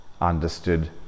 understood